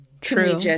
True